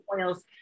oils